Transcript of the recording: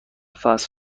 فست